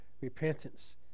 repentance